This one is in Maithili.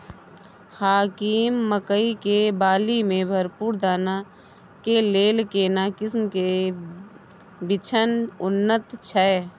हाकीम मकई के बाली में भरपूर दाना के लेल केना किस्म के बिछन उन्नत छैय?